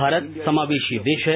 भारत समावेशी देश है